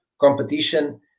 competition